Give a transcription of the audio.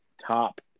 top